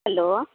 hello